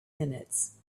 minutes